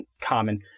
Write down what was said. common